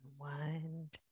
Wind